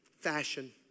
fashion